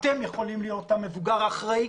אתם יכולים להיות המבוגר האחראי,